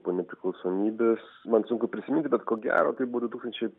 po nepriklausomybės man sunku prisiminti bet ko gero tai buvo du tūkstančiai